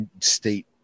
state